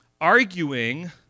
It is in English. arguing